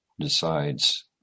Decides